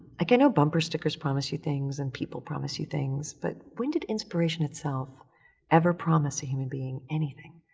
like, i know bumper stickers promise you things and people promise you things, but when did inspiration itself ever promise a human being anything?